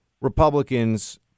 Republicans